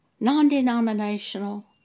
non-denominational